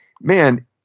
Man